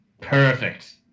Perfect